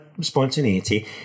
spontaneity